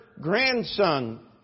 grandson